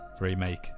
remake